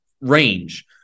range